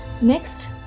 Next